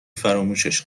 فراموشش